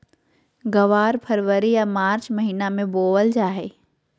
ग्वार फरवरी या मार्च महीना मे बोवल जा हय